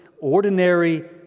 ordinary